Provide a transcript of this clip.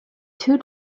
two